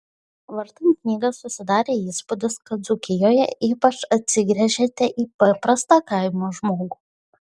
vartant knygą susidarė įspūdis kad dzūkijoje ypač atsigręžėte į paprastą kaimo žmogų